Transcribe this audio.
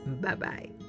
Bye-bye